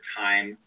time